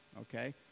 okay